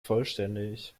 vollständig